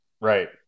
Right